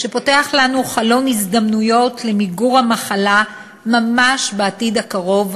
שפותח לנו חלון הזדמנויות למיגור המחלה ממש בעתיד הקרוב,